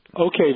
Okay